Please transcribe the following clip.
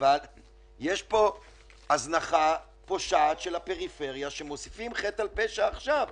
יש פה הזנחה פושעת של הפריפריה ומוסיפים חטא על פשע עכשיו.